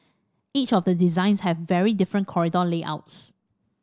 each of the designs have very different corridor layouts